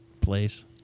place